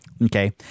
Okay